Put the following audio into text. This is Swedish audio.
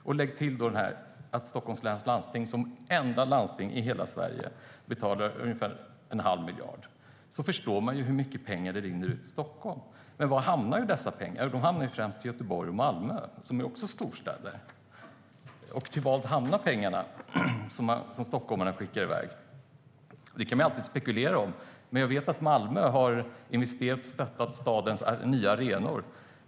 Lägg sedan till att Stockholms läns landsting som enda landsting i hela Sverige betalar ungefär en halv miljard. Då förstår man hur mycket pengar det rinner ut ur Stockholm. Var hamnar då dessa pengar? Jo, de hamnar främst i Göteborg och Malmö, som också är storstäder. Och till vad används de pengar som stockholmarna skickar iväg? Det kan man alltid spekulera om, men jag vet att Malmö har investerat i och stöttat stadens nya arenor.